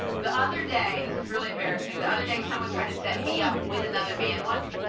the other day this is really embarrassing the other day someone tried to set me up with another man one.